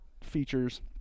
features